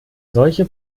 solche